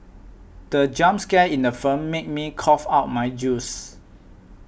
the jump scare in the film made me cough out my juice